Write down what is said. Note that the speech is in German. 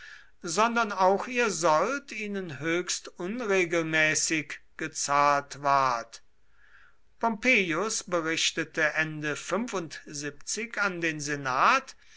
sondern auch ihr sold ihnen höchst unregelmäßig gezahlt ward pompeius berichtete ende an den senat